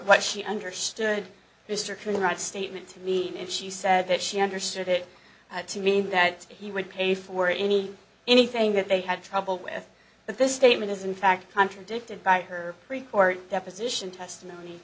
what she understood mr conrad statement to mean and she said that she understood it to mean that he would pay for any anything that they had trouble with but this statement is in fact contradicted by her report deposition testimony